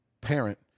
parent